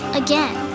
again